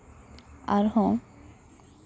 ᱟᱨᱦᱚᱸ